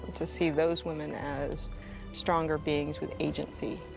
to see those women as stronger beings with agency.